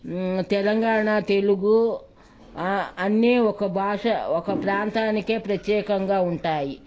తెలంగాణ తెలుగు అన్నీ ఒక భాష ఒక ప్రాంతానికే ప్రత్యేకంగా ఉంటాయి